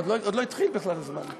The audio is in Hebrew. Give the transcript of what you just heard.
עוד לא התחיל בכלל הזמן.